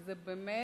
כי זה באמת